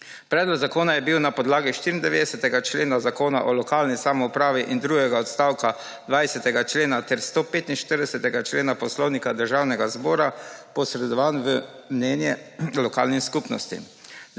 Predlog zakona je bil na podlagi 94. člena Zakona o lokalni samoupravi in drugega odstavka 20. člena ter 145. člena Poslovnika Državnega zbora posredovan v mnenje lokalnim skupnostim.